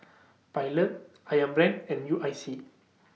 Pilot Ayam Brand and U I C